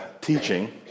teaching